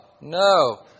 no